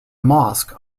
mosque